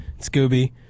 Scooby